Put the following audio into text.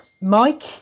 mike